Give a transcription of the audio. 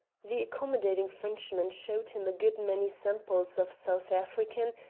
the accommodating frenchman showed him a good many samples of south african,